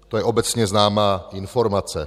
To je obecně známá informace.